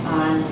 on